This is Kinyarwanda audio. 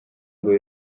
ngo